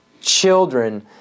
children